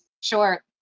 Sure